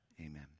amen